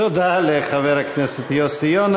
תודה לחבר הכנסת יוסי יונה.